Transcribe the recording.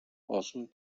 олон